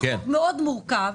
זה חוק מאוד מורכב,